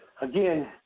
again